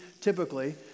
typically